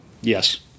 Yes